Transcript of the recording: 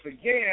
again